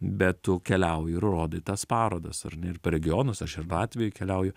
bet tu keliauji ir rodai tas parodas ar ne ir per regionus aš ir latvijoj keliauju